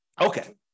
Okay